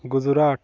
Gujarat